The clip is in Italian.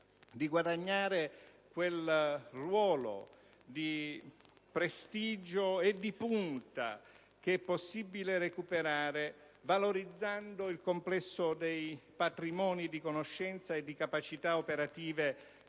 di guadagnare quel ruolo di prestigio e di punta che è possibile recuperare valorizzando il complesso dei patrimoni di conoscenze e di capacità operative di